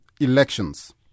elections